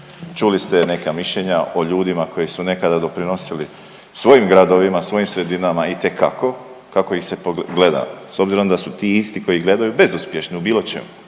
Čuli ste neka mišljenja o ljudima koji su nekada doprinosili svojim gradovima, svojim sredinama itekako kako ih se gleda s obzirom da su ti isti koji gledaju bezuspješni u bilo čemu.